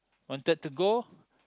wanted to go